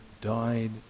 died